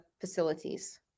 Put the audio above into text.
facilities